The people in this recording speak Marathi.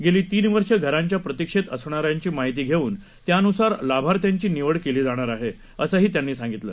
गेली तीन वर्ष घरांच्या प्रतीक्षेत असणाऱ्यांची माहिती घेऊन त्यानुसार लाभार्थ्यांची निवड केली जाणार आहे असंही ते म्हणाले